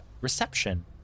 reception